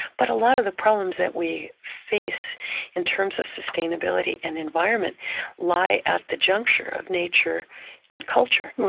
but a lot of the problems that we face in terms of sustainability and environment lie at the juncture of nature and culture.